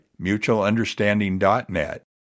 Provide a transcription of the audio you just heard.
MutualUnderstanding.net